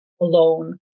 alone